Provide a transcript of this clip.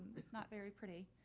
it's not very pretty.